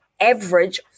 average